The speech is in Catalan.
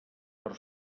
per